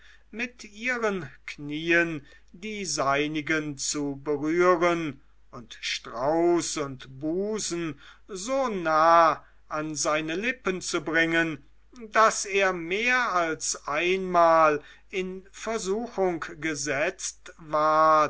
mit ihren knien die seinigen zu berühren und strauß und busen so nahe an seine lippen zu bringen daß er mehr als einmal in versuchung gesetzt ward